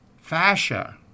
Fascia